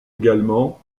également